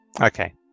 Okay